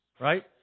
right